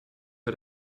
bei